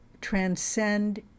transcend